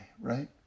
right